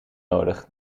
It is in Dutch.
nodig